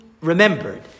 remembered